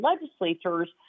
legislators